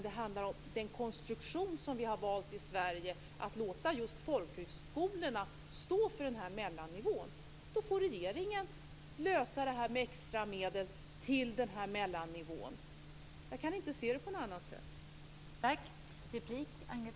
Det handlar om den konstruktion som vi har valt i Sverige. Vi låter just folkhögskolorna stå för denna mellannivå. Då får regeringen lösa problemet med extra medel till mellannivån. Jag kan inte se det på något annat sätt.